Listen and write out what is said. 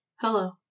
Hello